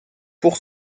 pour